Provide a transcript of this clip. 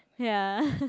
ya